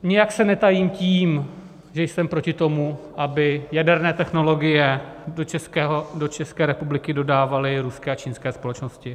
Nijak se netajím tím, že jsem proti tomu, aby jaderné technologie do České republiky dodávaly ruské a čínské společnosti.